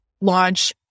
Launch